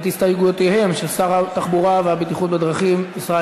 את הסתייגויותיהם של שר התחבורה והבטיחות בדרכים ישראל